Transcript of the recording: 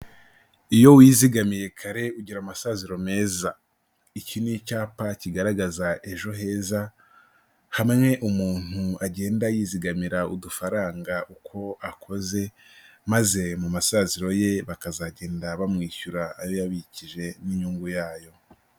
Iyo wizigamiye kare ugira amasaziro meza, iki ni icyapa kigaragaza Ejo Heza, hamwe umuntu agenda yizigamira udufaranga uko akoze, maze mu masaziro ye bakazagenda bamwishyura ayo yabikije n'inyungu yayo.